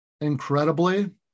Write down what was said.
incredibly